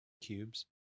cubes